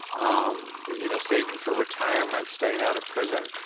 um you know saving for retirement, staying out of prison.